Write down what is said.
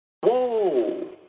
Whoa